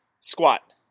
Squat